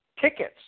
tickets